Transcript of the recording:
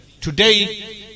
Today